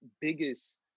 biggest